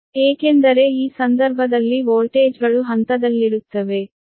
ಏಕೆಂದರೆ ಈ ಸಂದರ್ಭದಲ್ಲಿ ವೋಲ್ಟೇಜ್ಗಳು ಹಂತದಲ್ಲಿರುತ್ತವೆ